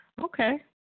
Okay